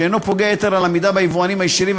שאינו פוגע יתר על המידה ביבואנים הישירים,